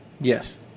Yes